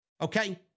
okay